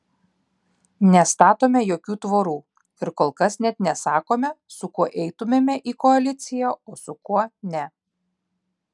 nestatome jokių tvorų ir kol kas net nesakome su kuo eitumėme į koaliciją o su kuo ne